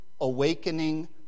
awakening